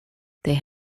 they